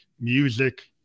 music